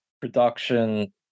production